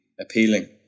appealing